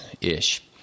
ish